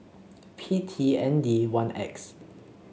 P T N D one X